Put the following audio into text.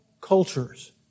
cultures